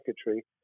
secretary